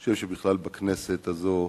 אני חושב שבכלל בכנסת הזו,